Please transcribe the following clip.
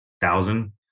thousand